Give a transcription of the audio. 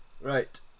Right